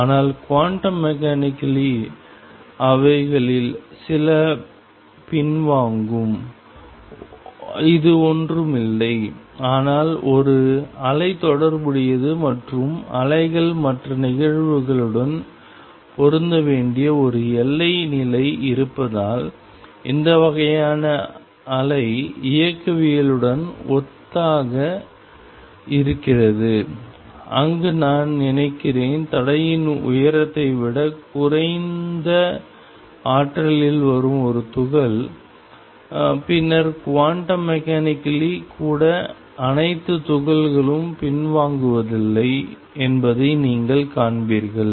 ஆனால் quantum mechanically அவைகளில் சில பின்வாங்கும் இது ஒன்றுமில்லை ஆனால் ஒரு அலை தொடர்புடையது மற்றும் அலைகள் மற்ற நிகழ்வுகளுடன் பொருந்த வேண்டிய ஒரு எல்லை நிலை இருப்பதால் இந்த வகையான அலை இயக்கவியலுடன் ஒத்ததாக இருக்கிறது அங்கு நான் நினைக்கிறேன் தடையின் உயரத்தை விட குறைந்த ஆற்றலில் வரும் ஒரு துகள் பின்னர் குவாண்டம் மெக்கானிக்கல்லி கூட அனைத்து துகள்களும் பின்வாங்குவதில்லை என்பதை நீங்கள் காண்பீர்கள்